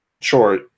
sure